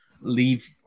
leave